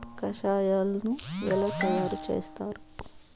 కషాయాలను ఎలా తయారు చేస్తారు?